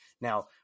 Now